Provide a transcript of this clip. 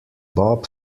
bob